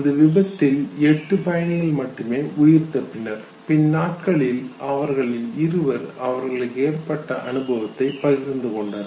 அந்த விபத்தில் எட்டு பயணிகள் மட்டுமே உயிர் தப்பினர் பின்னாட்களில் அவர்களில் இருவர் அவர்களுக்கு ஏற்பட்ட அனுபவத்தை பகிர்ந்து கொண்டனர்